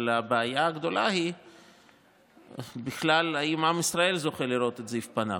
אבל הבעיה הגדולה היא בכלל אם עם ישראל זוכה לראות את זיו פניו,